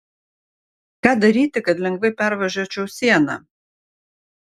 ką daryti kad lengvai pervažiuočiau sieną